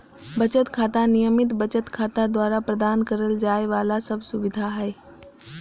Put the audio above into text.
बचत खाता, नियमित बचत खाता द्वारा प्रदान करल जाइ वाला सब सुविधा हइ